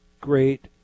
great